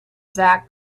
zach